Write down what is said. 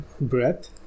Breath